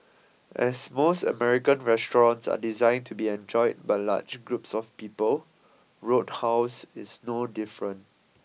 as most American restaurants are designed to be enjoyed by large groups of people roadhouse is no different